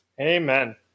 Amen